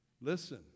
Listen